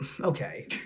okay